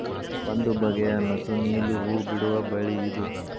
ಒಂದು ಬಗೆಯ ನಸು ನೇಲು ಹೂ ಬಿಡುವ ಬಳ್ಳಿ ಇದು